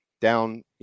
down